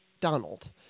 Donald